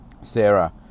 Sarah